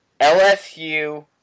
LSU